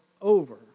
over